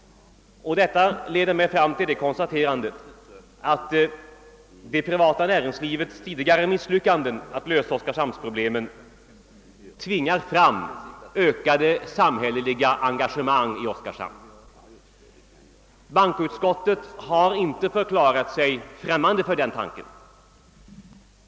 Detta leder mig fram till det konstaterandet att det privata näringslivets tidigare misslyckanden att lösa problemen i Oskarshamn tvingar fram ökade samhälleliga engagemang i staden. Bankoutskottet har inte förklarat sig främmande för den tanken.